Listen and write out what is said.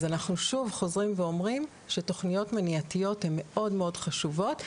אנחנו שוב חוזרים ואומרים שתוכניות מניעתיות הן מאוד חשובות.